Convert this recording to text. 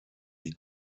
die